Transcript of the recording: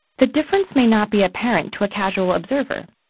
the difference may not be apparent to a casual observer.